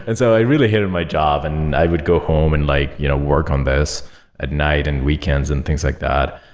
so i really hated my job and i would go home and like you know work on this at night and weekends and things like that.